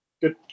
good